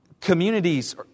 Communities